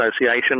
Association